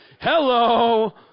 Hello